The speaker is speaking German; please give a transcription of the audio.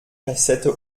kassette